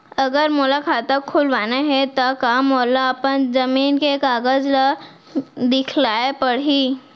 अगर मोला खाता खुलवाना हे त का मोला अपन जमीन के कागज ला दिखएल पढही?